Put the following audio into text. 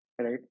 Right